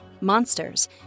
monsters